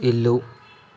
ఇల్లు